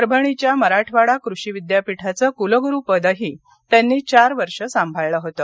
परभणीच्या मराठावाडा कृषी विद्यापीठाचं कुलगुरूपदही त्यांनी चार वर्ष सांभाळलं होतं